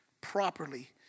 properly